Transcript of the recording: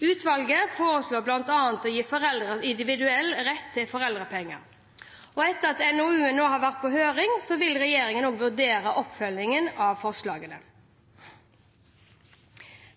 Utvalget foreslår bl.a. å gi foreldrene individuell rett til foreldrepenger. Etter at NOU-en har vært på høring vil regjeringen vurdere oppfølging av forslagene.